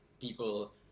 people